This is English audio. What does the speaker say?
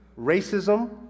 racism